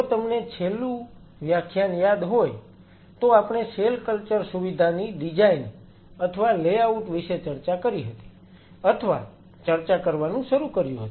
જો તમને છેલ્લું વ્યાખ્યાન યાદ હોય તો આપણે સેલ કલ્ચર સુવિધાની ડિઝાઈન અથવા લેઆઉટ વિશે ચર્ચા કરી હતી અથવા ચર્ચા કરવાનું શરૂ કર્યું હતું